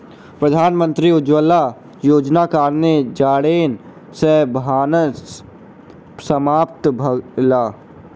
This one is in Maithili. प्रधानमंत्री उज्ज्वला योजनाक कारणेँ जारैन सॅ भानस समाप्त भेल